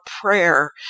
prayer